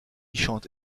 chante